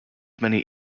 many